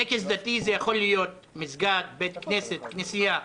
טקס דתי זה יכול להיות מסגד, בית כנסת, כנסייה.